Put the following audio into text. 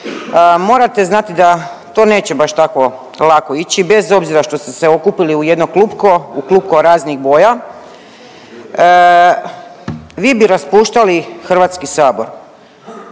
morate znati da to neće baš tako lako ići bez obzira što ste se okupili u jedno klupko, u klupko raznih boja. Vi bi raspuštali HS, HS tj.